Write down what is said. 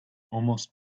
almost